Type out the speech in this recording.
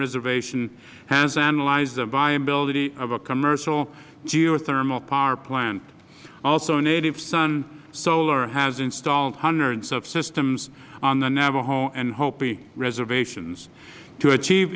reservation has analyzed the viability of a commercial geothermal power plant also nativesun solar has installed hundreds of systems on the navajo and hopi reservations to achieve